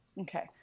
Okay